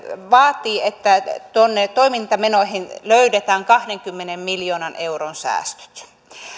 vaatii että toimintamenoihin löydetään kahdenkymmenen miljoonan euron säästöt